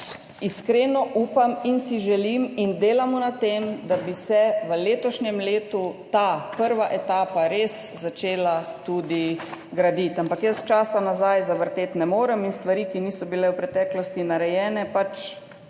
iskreno upam in si želim in delamo na tem, da bi se v letošnjem letu ta prva etapa res začela tudi graditi. Ampak jaz časa nazaj zavrteti ne morem in stvari, ki v preteklosti niso bile